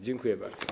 Dziękuję bardzo.